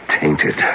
tainted